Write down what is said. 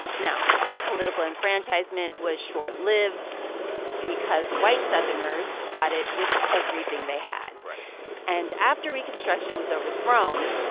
now, this political enfranchisement was short-lived because white southerners fought it with everything they had right and after reconstruction was overthrown,